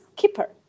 keeper